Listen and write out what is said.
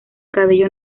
cabello